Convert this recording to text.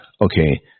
okay